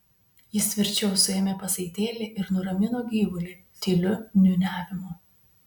jis tvirčiau suėmė pasaitėlį ir nuramino gyvulį tyliu niūniavimu